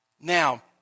Now